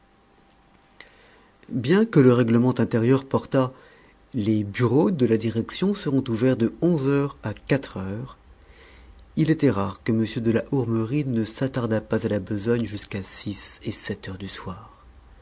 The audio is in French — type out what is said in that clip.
bien que le règlement intérieur portât les bureaux de la direction seront ouverts de onze heures à quatre heures il était rare que m de la hourmerie ne s'attardât pas à la besogne jusqu'à six et sept heures du soir